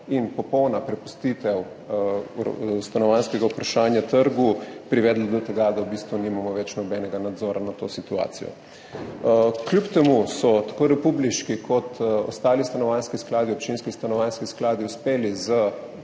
in popolna prepustitev stanovanjskega vprašanja trgu privedlo do tega, da v bistvu nimamo več nobenega nadzora nad to situacijo. Kljub temu so tako republiški kot ostali stanovanjski skladi, občinski stanovanjski skladi, uspeli z